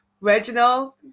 Reginald